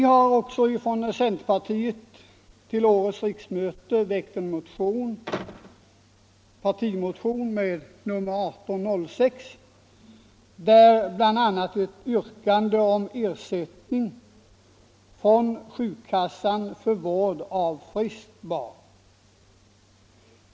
Från centerpartiet har vi också till årets riksmöte väckt partimotionen 1806, i vilken vi bl.a. har yrkat ersättning från sjukkassan för vård av friskt barn.